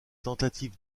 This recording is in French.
tentative